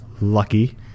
lucky